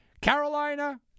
Carolina